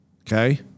okay